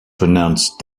pronounced